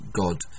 god